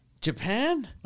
Japan